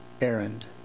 errand